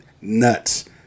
nuts